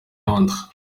londres